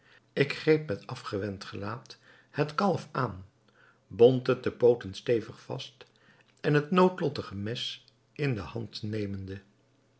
ik greep met afgewend gelaat het kalf aan bond het de pooten stevig vast en het noodlottige mes in de hand nemende